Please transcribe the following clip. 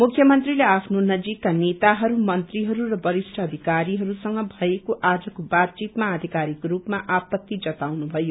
मुख्य मंत्रीले आफ्नो नजीककका नेताहरू मंत्रीहरू र वरिष्ठ अधिकारीहरूसंग भएको आजको बातचितमा आधिकारिक स्रूपमा आपत्ती जताउनु भयो